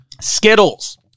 Skittles